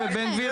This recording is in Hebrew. בבקשה לסיים.